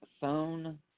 phone